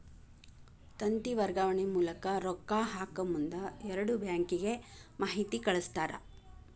ತಂತಿ ವರ್ಗಾವಣೆ ಮೂಲಕ ರೊಕ್ಕಾ ಹಾಕಮುಂದ ಎರಡು ಬ್ಯಾಂಕಿಗೆ ಮಾಹಿತಿ ಕಳಸ್ತಾರ